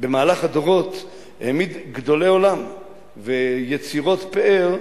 במהלך הדורות העמיד גדולי עולם ויצירות פאר,